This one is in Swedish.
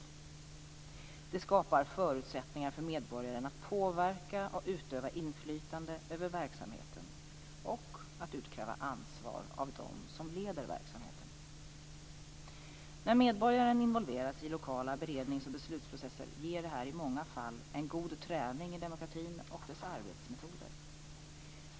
Det skapar förutsättningar för medborgaren att påverka och utöva inflytande över verksamheten och att utkräva ansvar av dem som leder verksamheten. När medborgaren involveras i lokala beredningsoch beslutsprocesser ger detta i många fall en god träning i demokratin och dess arbetsmetoder.